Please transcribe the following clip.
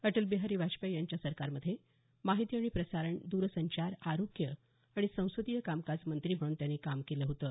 अटलबिहारी वाजपेयी यांच्या सरकारमध्ये माहिती आणि प्रसारण द्रसंचार आरोग्य आणि संसदीय कामकाज मंत्री म्हणून त्यांनी काम केलं होतं